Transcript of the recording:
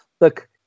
Look